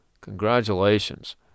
Congratulations